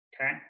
okay